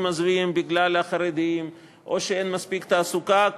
עוזבים בגלל החרדים או בגלל שאין מספיק תעסוקה,